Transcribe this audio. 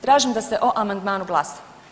Tražim da se o amandmanu glasa.